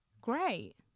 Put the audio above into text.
Great